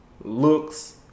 looks